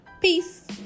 Peace